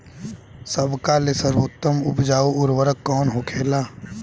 सबका ले सर्वोत्तम उपजाऊ उर्वरक कवन होखेला?